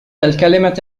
الكلمة